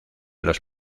los